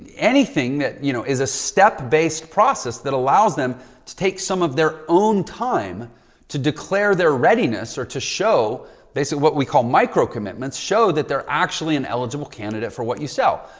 anything that you know is a step based process that allows them to take some of their own time to declare their readiness or to show basically what we call micro-commitments show that they're actually an eligible candidate for what you sell.